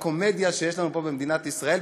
לקומדיה שיש לנו פה במדינת ישראל,